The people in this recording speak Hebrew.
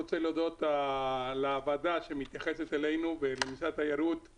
אני רוצה להודות לוועדה שמתייחסת אלינו ולמשרד התיירות על